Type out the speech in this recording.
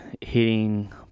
hitting